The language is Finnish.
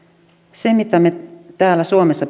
se mitä me täällä suomessa